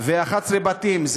ו-11 בתים.